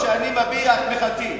תרשום שאני מביע את תמיכתי.